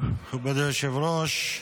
מכובדי היושב-ראש,